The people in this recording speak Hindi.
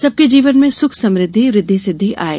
सबके जीवन में सुख समृद्धि रिद्वी सिद्दी आये